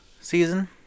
season